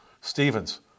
Stevens